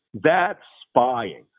that's spying.